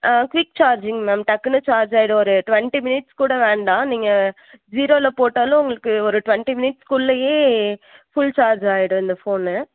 ஆ quick charging ma'am டக்குனு charge ஆயிடும் ஒரு டுவெண்ட்டி மினிட்ஸ் கூட வேண்டாம் நீங்கள் ஸிரோவில் போட்டாலும் உங்களுக்கு ஒரு டுவெண்ட்டி மினிட்ஸ்குள்ளேயே ஃபுல் சார்ஜ் ஆகிடும் இந்த ஃபோன்